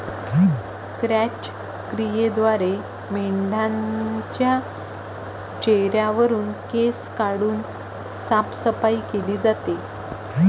क्रॅच क्रियेद्वारे मेंढाच्या चेहऱ्यावरुन केस काढून साफसफाई केली जाते